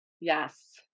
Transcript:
Yes